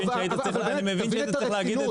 אני מבין שהיית צריך להגיד את